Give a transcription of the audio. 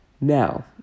Now